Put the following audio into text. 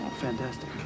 fantastic